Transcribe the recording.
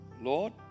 Lord